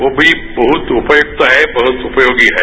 वो भी बहुत उपयुक्त है बहुत उपयोगी है